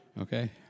okay